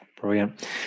Brilliant